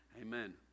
amen